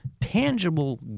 tangible